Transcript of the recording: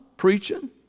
preaching